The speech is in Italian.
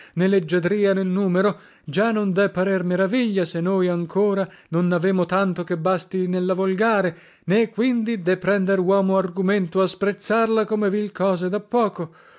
né leggiadria né numero già non de parer meraviglia se noi ancora non navemo tanto che basti nella volgare né quindi de prender uomo argumento a sprezzarla come vil cosa e da poco